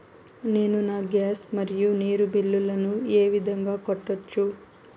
నేను నా గ్యాస్, మరియు నీరు బిల్లులను ఏ విధంగా కట్టొచ్చు?